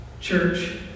Church